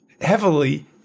heavily